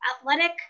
Athletic